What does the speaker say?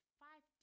five